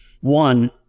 one